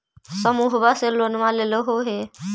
समुहवा से लोनवा लेलहो हे?